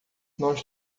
nós